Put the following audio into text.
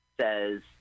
says